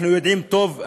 אנחנו יודעים טוב,